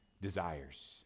desires